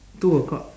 two o'clock